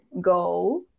go